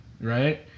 right